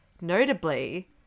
Notably